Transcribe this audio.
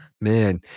Man